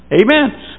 Amen